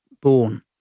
born